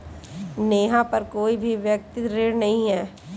नेहा पर कोई भी व्यक्तिक ऋण नहीं है